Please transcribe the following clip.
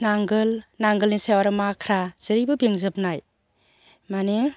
नांगोल नांगोलनि सायाव आरो माख्रा जेरैबो बेंजोबनाय माने